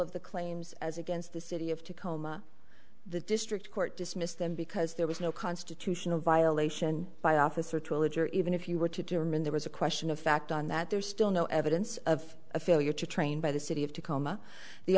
of the claims as against the city of tacoma the district court dismissed them because there was no constitutional violation by officer even if you were to determine there was a question of fact on that there's still no evidence of a failure to train by the city of tacoma the